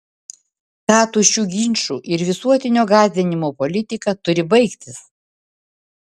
ta tuščių ginčų ir visuotinio gąsdinimo politika turi baigtis